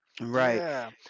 Right